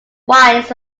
wines